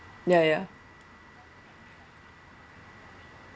ya ya